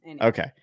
Okay